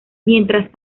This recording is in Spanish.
mientras